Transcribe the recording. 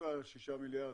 שהוא פחות משמעותי,